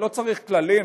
לא צריך כללים,